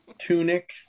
tunic